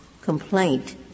complaint